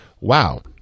wow